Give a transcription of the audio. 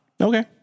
okay